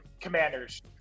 Commanders